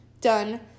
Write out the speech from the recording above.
done